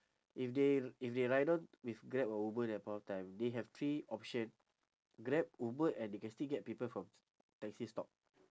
if they if they ride down with grab or uber in that point of time they have three option grab uber and they can still get people from taxi stop